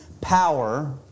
power